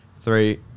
Three